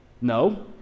No